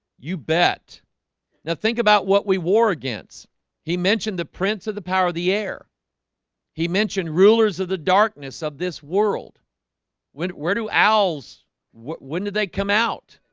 you bet now think about what we war against he mentioned the prince of the power of the air he mentioned rulers of the darkness of this world where do hours what when did they come out?